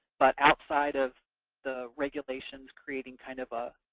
but outside of the regulations creating kind of a